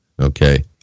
okay